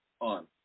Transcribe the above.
on